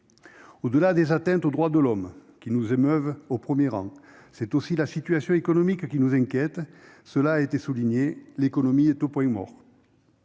Au-delà des atteintes aux droits de l'homme qui nous émeuvent au premier rang, c'est aussi la situation économique qui nous inquiète. Cela a été souligné : l'économie est au point mort.